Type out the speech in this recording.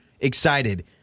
excited